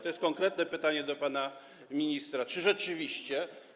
To jest konkretne pytanie do pana ministra: Czy rzeczywiście?